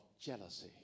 jealousy